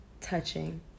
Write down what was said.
touching